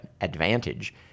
advantage